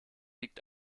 liegt